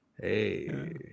Hey